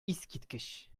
искиткеч